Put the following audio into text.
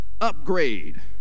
Upgrade